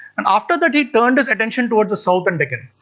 and after that he turned his attention towards the southern deccan.